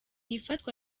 ifatwa